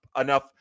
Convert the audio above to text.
enough